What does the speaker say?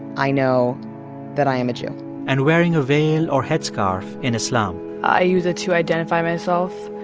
i know that i am a jew and wearing a veil or headscarf in islam i use it to identify myself.